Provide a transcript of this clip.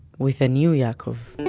with a new yaakov.